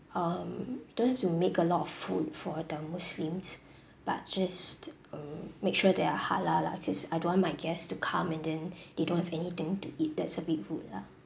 um don't have to make a lot of food for the muslims but just uh make sure they are halal lah cause I don't want my guests to come and then they don't have anything to eat that's a bit rude lah